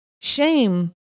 Shame